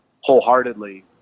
wholeheartedly